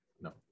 No